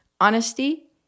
honesty